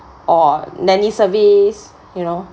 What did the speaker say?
or nanny service you know